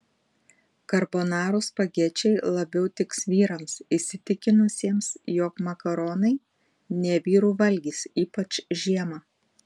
karbonarų spagečiai labiau tiks vyrams įsitikinusiems jog makaronai ne vyrų valgis ypač žiemą